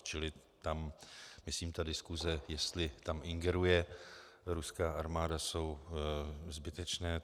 Čili myslím, že ta diskuse, jestli tam ingeruje ruská armáda, jsou zbytečné.